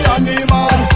Animal